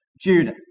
Judah